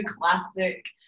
classic